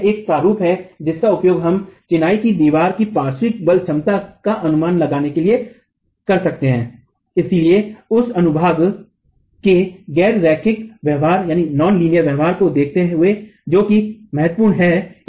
तो यह एक प्रारूप है जिसका उपयोग हम चिनाई की दीवार की पार्श्विक बल क्षमता का अनुमान लगाने के लिए कर सकते हैं लेकिन उस अनुभाग के गैर रैखिक व्यवहार को देखते हुए जो कि महत्वपूर्ण है